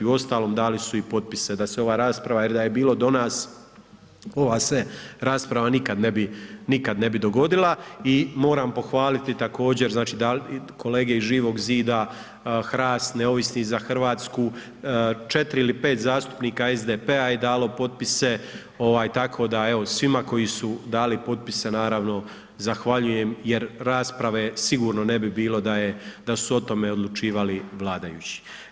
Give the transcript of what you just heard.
Uostalom, dali su i potpise da se ova rasprava jer da je bilo do nas, ova se rasprava nikad ne bi dogodila i moram pohvaliti također, znači kolege iz Živog zida, HRAST, Neovisni za Hrvatsku, 4 ili 5 zastupnika SDP-a je dalo potpise, tako da evo, svima koji su dali potpise naravno, zahvaljujem jer rasprave sigurno ne bi bilo da su o tome odlučivali vladajući.